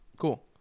Cool